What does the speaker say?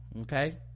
okay